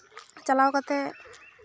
ᱪᱟᱞᱟᱣ ᱠᱟᱛᱮᱜ